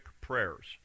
prayers